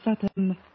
certain